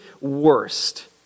worst